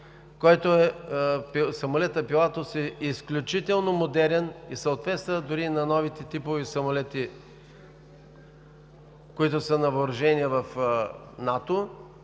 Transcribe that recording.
самолет. Самолетът „Пилатус“ е изключително модерен и съответства дори на новите типове самолети, които са на въоръжение в НАТО,